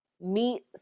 meet